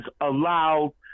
allowed